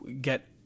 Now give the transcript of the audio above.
get